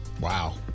Wow